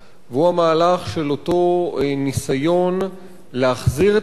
והוא המהלך של אותו ניסיון להחזיר את השירות